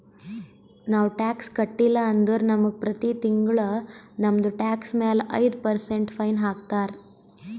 ನಾವು ಟ್ಯಾಕ್ಸ್ ಕಟ್ಟಿಲ್ಲ ಅಂದುರ್ ನಮುಗ ಪ್ರತಿ ತಿಂಗುಳ ನಮ್ದು ಟ್ಯಾಕ್ಸ್ ಮ್ಯಾಲ ಐಯ್ದ ಪರ್ಸೆಂಟ್ ಫೈನ್ ಹಾಕ್ತಾರ್